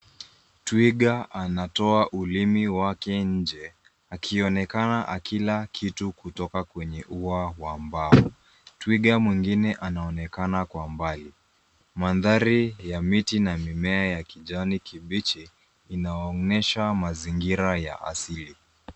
Twiga anatoa ulimi wake nje akionekana akila kitu kutoka kwenye ua wa mbao, twiga mwingine anaonekana kwa mbali mandhari ya miti na mimea ya kijani kibichi inaonyesha mazingira ya asili.